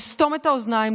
לסתום את האוזניים,